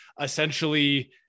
essentially